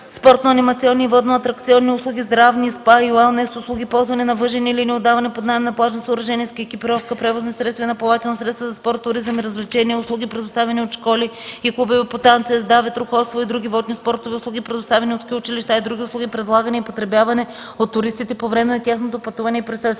спортно-анимационни и водноатракционни услуги, здравни, спа и уелнес услуги, ползване на въжени линии, отдаване под наем на плажни съоръжения, ски екипировка, превозни средства и на плавателни средства за спорт, туризъм и развлечение, услуги, предоставяни от школи и клубове по танци, езда, ветроходство и други водни спортове, услуги, предоставяни от ски училища, и други услуги, предлагани и потребявани от туристите по време на тяхното пътуване и престой.